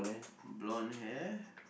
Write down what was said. blonde hair